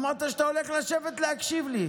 אמרת שאתה הולך לשבת להקשיב לי.